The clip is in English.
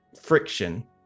friction